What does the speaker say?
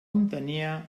entenia